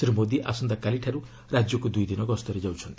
ଶ୍ରୀ ମୋଦି ଆସନ୍ତାକାଲିଠାରୁ ରାଜ୍ୟକୁ ଦୁଇଦିନ ଗସ୍ତରେ ଯାଉଛନ୍ତି